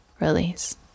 release